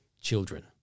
children